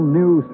new